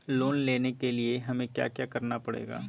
Loan लेने के लिए हमें क्या क्या करना पड़ेगा?